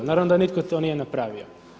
Naravno da nitko to nije napravio.